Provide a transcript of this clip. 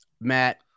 Matt